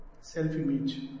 self-image